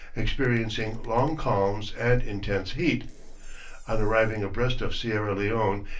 experiencing long calms and intense heat on arriving abreast of sierra leone,